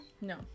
No